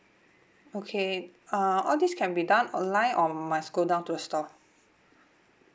okay uh all this can be done online or must go down to a store